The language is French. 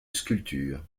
sculptures